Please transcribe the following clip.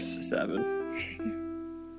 seven